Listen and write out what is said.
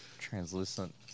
translucent